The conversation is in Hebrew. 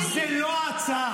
זו לא ההצעה.